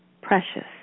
precious